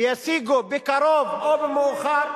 וישיגו בקרוב או במאוחר,